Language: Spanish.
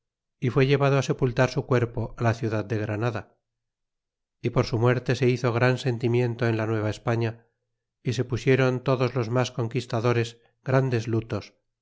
y fué llevado sepultar su cuerpo á la ciudad de granada y por su muerte se hizo gran sentimiento en la nueva españa y se pusieron todos los mas conquistadores grandes lutos